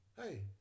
hey